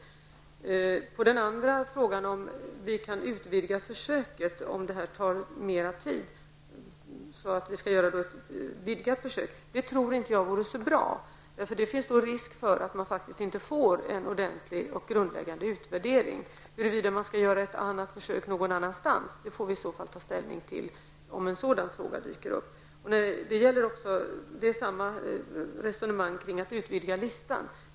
När det gäller den andra frågan om att utvidga försöket om utvärderingen drar ut på tiden, tror jag inte att det är så bra. Det finns då risk för att det inte blir en ordentlig och grundläggande utvärdering. Huruvida det skall göras ett annat försök någon annanstans får vi ta ställning till om en sådan fråga dyker upp. Samma resonemang gäller kring frågan om att utvidga listan.